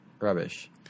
Rubbish